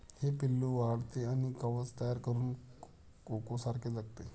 हे पिल्लू वाढते आणि कवच तयार करून कोकोसारखे जगते